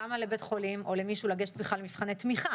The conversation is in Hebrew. למה לבית חולים או למישהו לגשת בכלל למבחני תמיכה?